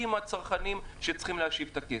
עם הצרכנים שצריכים להשיב את הכסף.